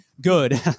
Good